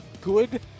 good